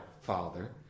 Father